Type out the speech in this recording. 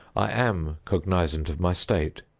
i am cognizant of my state.